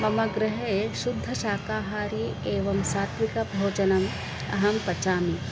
मम गृहे शुद्धशाकाहारी एवं सात्त्विकभोजनम् अहं पचामि